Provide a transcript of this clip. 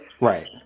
Right